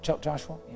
Joshua